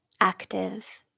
active